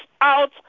out